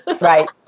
Right